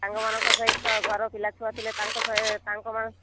ସାଙ୍ଗମାନଙ୍କ ସହିତ ଘର ପିଲାଛୁଆ ଥିଲେ ତାଙ୍କ ସହ ତାଙ୍କମାନ